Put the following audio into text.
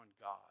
God